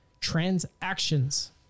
Transactions